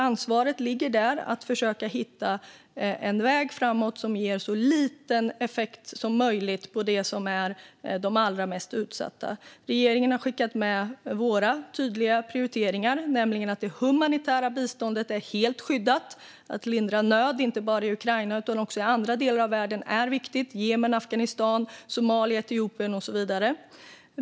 Ansvaret ligger där att försöka hitta en väg framåt som ger så liten effekt som möjligt på dem som är allra mest utsatta. Regeringen har skickat med tydliga prioriteringar, nämligen att det humanitära biståndet är helt skyddat. Att lindra nöd inte bara i Ukraina utan också i andra delar av världen är viktigt. Det gäller Jemen, Afghanistan, Somalia, Etiopien och så vidare.